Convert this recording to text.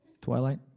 Twilight